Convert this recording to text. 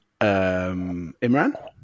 Imran